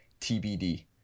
tbd